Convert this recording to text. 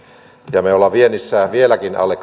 ja me olemme viennissä vieläkin alle